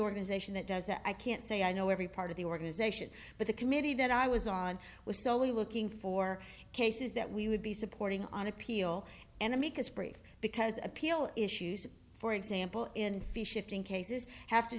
organization that does that i can't say i know every part of the organization but the committee that i was on was so we're looking for cases that we would be supporting on appeal an amicus brief because appeal issues for example in fish shifting cases have to